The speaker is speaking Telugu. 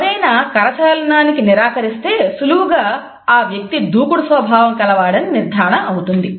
ఎవరైనా కరచాలనానికి నిరాకరిస్తే సులువుగా ఆ వ్యక్తి దూకుడు స్వభావం కలవాడని నిర్ధారణ అవుతుంది